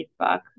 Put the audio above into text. Facebook